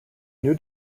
new